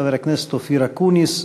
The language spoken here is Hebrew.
חבר הכנסת אופיר אקוניס,